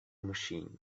machine